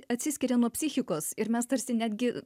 atsiskiria nuo psichikos ir mes tarsi netgi